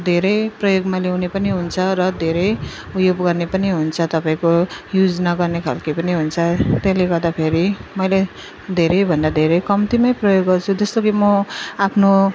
धेरै प्रयोगमा ल्याउने पनि हुन्छ र धेरै उयो गर्ने पनि हुन्छ तपाईँको युज नगर्ने खाले पनि हुन्छ त्यसले गर्दाखेरि मैले धेरै भन्दा धेरै कम्तीमा प्रयोग गर्छु जस्तो कि म आफ्नो